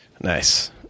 Nice